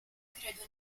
credo